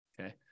Okay